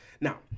Now